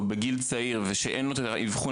ידע.